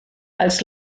als